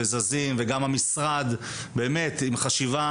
גם שם אנחנו מקבלות